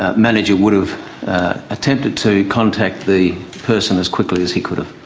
ah manager would have attempted to contact the person as quickly as he could have.